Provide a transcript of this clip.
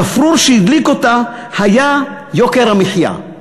הגפרור שהדליק אותה היה יוקר המחיה,